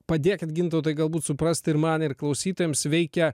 padėkit gintautai galbūt suprasti ir man ir klausytojams veikia